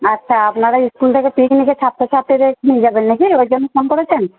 আচ্ছা আপনারা ইস্কুল থেকে পিকনিকে ছাত্র ছাত্রীদের নিয়ে যাবেন নাকি ওই জন্য ফোন করেছেন